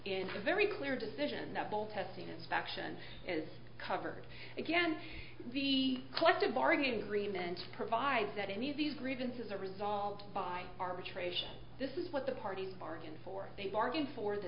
in the very clear decision that both testing inspection is covered again the collective bargaining agreement provides that any of these grievances are resolved by arbitration this is what the parties are in for they bargain for the